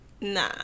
nah